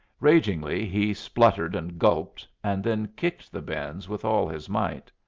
ragingly he spluttered and gulped, and then kicked the bins with all his might.